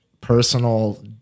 personal